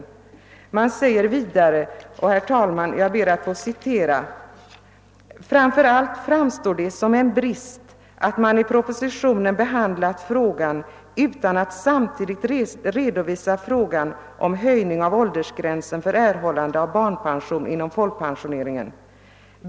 Utskottet säger vidare och, herr talman, jag ber att få citera: >Framför allt framstår det som en brist att man i propositionen behandlat frågan utan att samtidigt redovisa frågan om höjning av åldersgränsen för erhållande av barnpension inom folkpensioneringen.